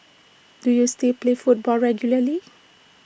do you still play football regularly